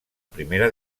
primera